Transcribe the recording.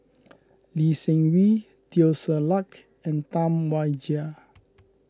Lee Seng Wee Teo Ser Luck and Tam Wai Jia